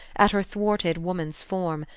at her thwarted woman's form,